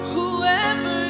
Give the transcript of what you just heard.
Whoever